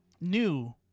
new